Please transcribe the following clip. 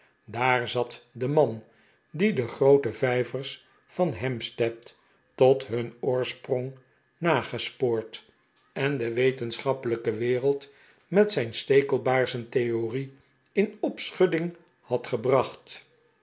daar zat de man die de groote vijvers van hampstead tot hun oorsprong nagespoord en de wetenschappelijke wereld met zijn stekelbaarzentheorie in opschudding had gebracht